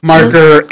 Marker